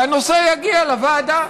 והנושא יגיע לוועדה,